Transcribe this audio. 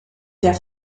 der